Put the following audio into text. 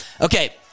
okay